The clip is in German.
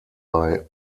bei